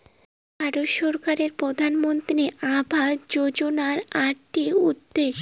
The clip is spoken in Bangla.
ভারত সরকারের প্রধানমন্ত্রী আবাস যোজনা আকটি উদ্যেগ